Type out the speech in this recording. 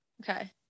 okay